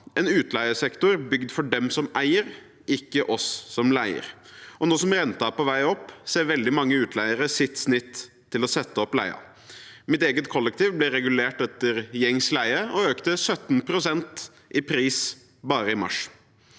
en utleiesektor bygd for dem som eier, ikke oss som leier. Nå som renten er på vei opp, ser veldig mange utleiere sitt snitt til å sette opp leien. Mitt eget kollektiv ble regulert etter gjengs leie og økte med 17 pst. i pris bare i mars.